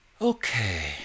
Okay